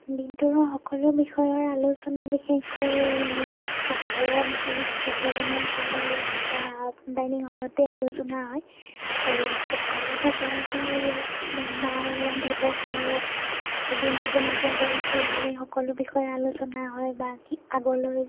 দিনটোৰ সকলো বিষয়ৰ আলোচনা বিশেষকৈ পাকঘৰত খাদ্য বনোৱাৰ সময়ত বা ডাইনিং হলতে আলোচনা হয় আৰু পাকঘৰত সচৰাচৰ মা মায়ে ৰান্ধিবৰ সময়ত দিনটো কেনেকৈ গ'ল কি হ'ল এই সকলো বিষয়ে আলোচনা হয় বা কি আগলৈ